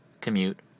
commute